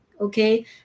okay